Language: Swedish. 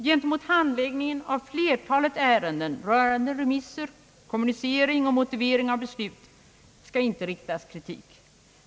Gentemot handläggningen av flertalet ärenden rörande remisser, kommunicering och motivering av beslut skall inte riktas kritik.